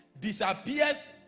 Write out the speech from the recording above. disappears